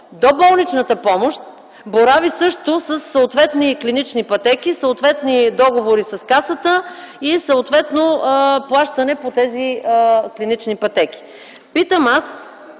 Доболничната помощ борави също със съответни клинични пътеки, съответни договори с Касата и съответно плащане по тези клинични пътеки. Питам аз: